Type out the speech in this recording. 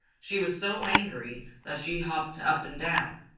she was so angry that she hopped up and down.